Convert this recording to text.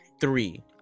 Three